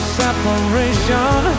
separation